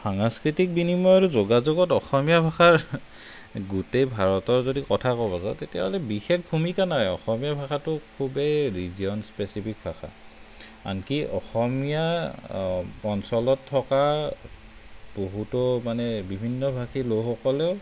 সাংস্কৃতিক বিনিময় আৰু যোগাযোগত অসমীয়া ভাষাৰ গোটেই ভাৰতৰ যদি কথা ক'ব যাওঁ তেতিয়াহ'লে বিশেষ ভূমিকা নাই অসমীয়া ভাষাটো খুবেই ৰিজন স্পেচিফিক ভাষা আনকি অসমীয়া অঞ্চলত থকা বহুতো মানে বিভিন্ন ভাষী লোকসকলেও